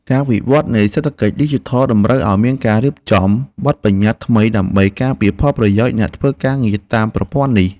ការវិវត្តនៃសេដ្ឋកិច្ចឌីជីថលតម្រូវឱ្យមានការរៀបចំបទប្បញ្ញត្តិថ្មី ដើម្បីការពារផលប្រយោជន៍អ្នកធ្វើការងារតាមប្រព័ន្ធនេះ។